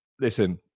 listen